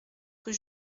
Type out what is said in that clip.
rue